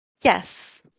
Yes